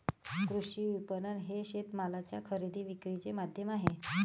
कृषी विपणन हे शेतमालाच्या खरेदी विक्रीचे माध्यम आहे